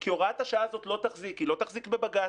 כי הוראת השעה הזאת לא תחזיק היא לא תחזיק בבג"ץ,